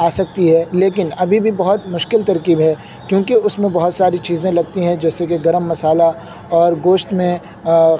آ سکتی ہے لیکن ابھی بھی بہت مشکل ترکیب ہے کیونکہ اس میں بہت ساری چیزیں لگتی ہیں جیسے کہ گرم مسالہ اور گوشت میں